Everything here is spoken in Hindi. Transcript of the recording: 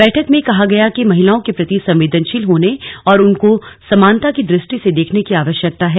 बैठक में कहा गया कि महिलाओं के प्रति संवेदनशील होने और उनको समानता की दृष्टि से देखने की आवश्यकता है